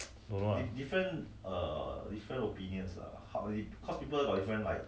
don't know lah